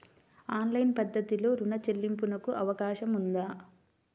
Online పద్ధతిలో రుణ చెల్లింపునకు అవకాశం ఉందా?